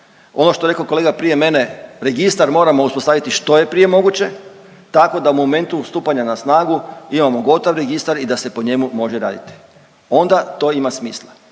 Ono što je rekao kolega prije mene, registar moramo uspostaviti što je prije moguće tako da u momentu stupanja na snagu imamo gotov registar i da se po njemu može raditi. Onda to ima smisla.